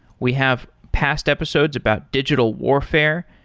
we have past episodes about digital warfare,